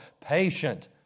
patient